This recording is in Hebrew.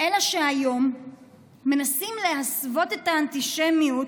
אלא שהיום מנסים להסוות את האנטישמיות